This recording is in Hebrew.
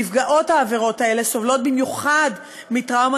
נפגעות העבירות האלה סובלות במיוחד מטראומה